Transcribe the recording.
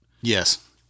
Yes